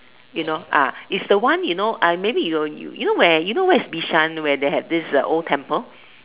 you know ah it's the one you know uh maybe you will you know where you know where is Bishan where they had this uh old temple